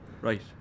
Right